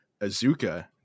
Azuka